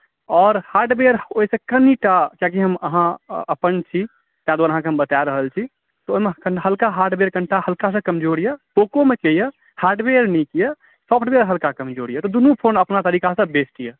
आओर हार्डवेयर ओहिसँ कनी टा कियाकि अहाँ अपन छी तेँ दुआरे अहाँकेँ हम बता रहल छी ओहिमे कनी हलका हार्डवेयर कनी टा हल्का सा कमजोर यए पोकोमे की यए हार्डवेयर नीक यए सॉफ्टवेयर हल्का कमजोर यए दुनू फोन अपना तरीकासँ बेस्ट यए